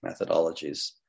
methodologies